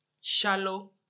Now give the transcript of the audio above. Shallow